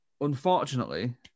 unfortunately